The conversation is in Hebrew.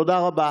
תודה רבה.